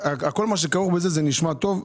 "כל מה שכרוך בזה" זה נשמע טוב.